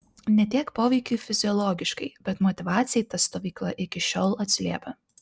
ne tiek poveikiui fiziologiškai bet motyvacijai ta stovykla iki šiol atsiliepia